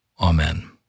Amen